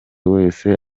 wese